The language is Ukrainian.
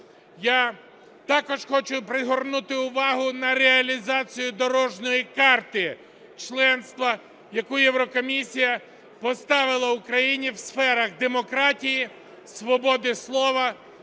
Я також хочу привернути увагу на реалізацію дорожньої карти членства, яку Єврокомісія поставила Україні в сферах демократії, свободи слова,